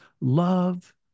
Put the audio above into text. love